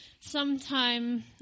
Sometime